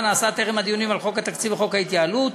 נעשה טרם הדיונים על חוק התקציב וחוק ההתייעלות.